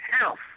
health